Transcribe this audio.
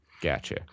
Gotcha